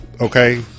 okay